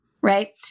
right